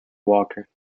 walker